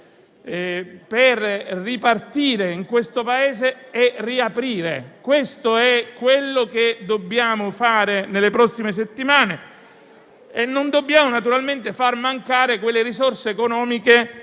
per ripartire, purtroppo, è riaprire. Questo è quello che dobbiamo fare nelle prossime settimane e non dobbiamo naturalmente far mancare le risorse economiche